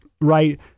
right